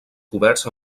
coberts